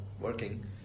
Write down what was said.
working